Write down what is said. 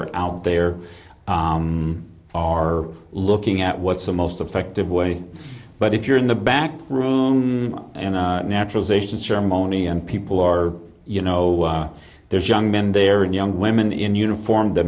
are out there are looking at what's the most effective way but if you're in the back room and naturalization ceremony and people are you know there's young men there and young women in uniform the